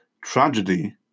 tragedy